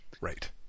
right